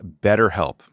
BetterHelp